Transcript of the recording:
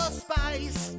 spice